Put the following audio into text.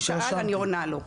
הוא שאל, אני עונה לו.